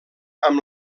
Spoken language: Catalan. amb